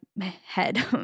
head